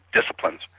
disciplines